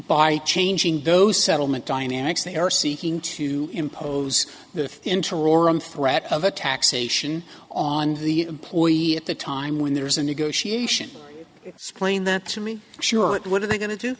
by changing those settlement dynamics they are seeking to impose the interim threat of a taxation on the employee at the time when there's a negotiation explain that to me sure it would are they going to do